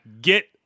get